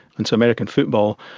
and so american football,